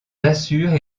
assurent